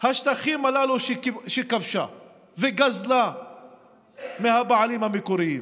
השטחים הללו שכבשה וגזלה מהבעלים המקוריים.